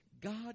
God